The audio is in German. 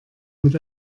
mit